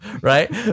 right